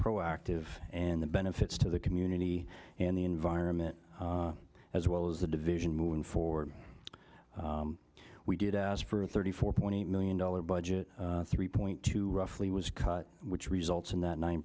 proactive and the benefits to the community and the environment as well as the division moving forward we did ask for a thirty four point eight million dollars budget three point two roughly was cut which results in that nine